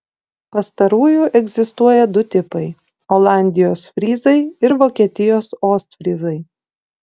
pastarųjų egzistuoja du tipai olandijos fryzai ir vokietijos ostfryzai